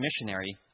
missionary